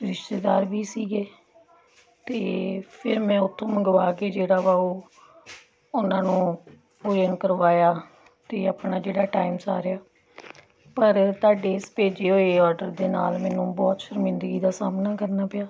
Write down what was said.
ਰਿਸ਼ਤੇਦਾਰ ਵੀ ਸੀਗੇ ਅਤੇ ਫਿਰ ਮੈਂ ਉੱਥੋਂ ਮੰਗਵਾ ਕੇ ਜਿਹੜਾ ਵਾ ਉਹ ਉਹਨਾਂ ਨੂੰ ਭੋਜਨ ਕਰਵਾਇਆ ਅਤੇ ਆਪਣਾ ਜਿਹੜਾ ਟਾਈਮ ਸਾਰਿਆ ਪਰ ਤੁਹਾਡੇ ਇਸ ਭੇਜੇ ਹੋਏ ਔਡਰ ਦੇ ਨਾਲ ਮੈਨੂੰ ਬਹੁਤ ਸ਼ਰਮਿੰਦਗੀ ਦਾ ਸਾਹਮਣਾ ਕਰਨਾ ਪਿਆ